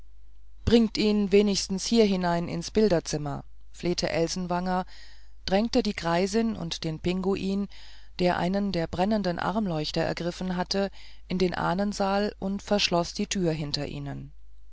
bringt ihn wenigstens hier hinein ins bilderzimmer flehte elsenwanger drängte die greisin und den pinguin der einen der brennenden armleuchter ergriffen hatte in den ahnensaal und verschloß die tür hinter ihnen